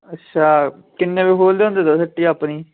अच्छा किन्नै बजे खोह्लदे होंदे ओह् तुस ह्ट्टी अपनी